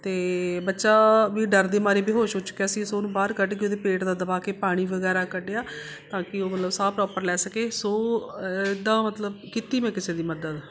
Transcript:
ਅਤੇ ਬੱਚਾ ਵੀ ਡਰ ਦੇ ਮਾਰੇ ਬੇਹੋਸ਼ ਹੋ ਚੁੱਕਿਆ ਸੀ ਅਸੀਂ ਉਹਨੂੰ ਬਾਹਰ ਕੱਢ ਕੇ ਉਹਦੇ ਪੇਟ ਦਾ ਦਬਾਕੇ ਪਾਣੀ ਵਗੈਰਾ ਕੱਢਿਆ ਤਾਂ ਕਿ ਉਹ ਲ ਸਾਹ ਪਰੋਪਰ ਲੈ ਸਕੇ ਸੋ ਇੱਦਾਂ ਮਤਲਬ ਕੀਤੀ ਮੈਂ ਕਿਸੇ ਦੀ ਮਦਦ